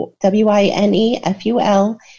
W-I-N-E-F-U-L